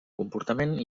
comportament